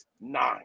nine